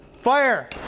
fire